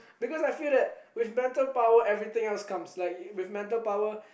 because I feel that with mental power everything else comes like with mental power